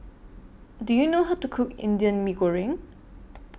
Do YOU know How to Cook Indian Mee Goreng